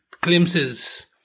glimpses